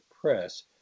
Press